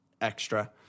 extra